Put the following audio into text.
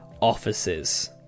offices